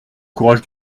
courage